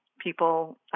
people